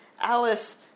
Alice